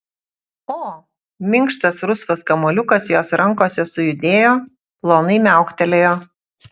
o minkštas rusvas kamuoliukas jos rankose sujudėjo plonai miauktelėjo